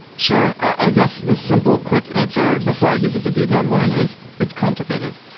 sure. i guess the simple, quick answer before i give you the detailed one is it's complicated.